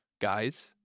guys